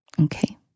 Okay